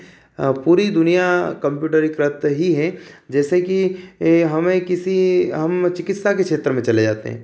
पूरी दुनिया कंप्यूटरीकृत ही है जैसे कि हमें किसी हम चिकित्सा के क्षेत्र में चले जाते हैं